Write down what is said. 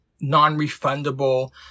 non-refundable